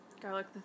Garlic